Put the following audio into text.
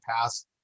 past